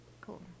cool